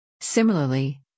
Similarly